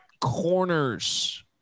Corners